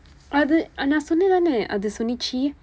அது நான் சொனேன் தானே அது சொன்னது:athu naan sonneen thaanee athu sonnathu